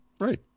Right